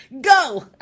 Go